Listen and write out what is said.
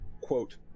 quote